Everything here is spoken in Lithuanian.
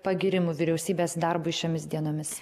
pagyrimų vyriausybės darbui šiomis dienomis